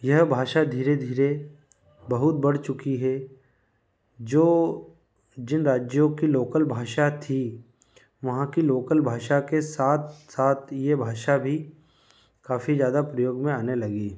यह भाषा धीरे धीरे बहुत बढ़ चुकी है जो जिन राज्यों की लोकल भाषा थी वहाँ की लोकल भाषा के साथ साथ ये भाषा भी काफ़ी जादा प्रयोग में आने लगी